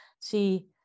see